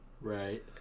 Right